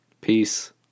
Peace